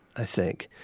i think.